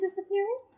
disappearing